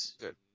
good